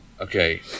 Okay